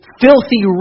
filthy